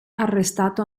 arrestato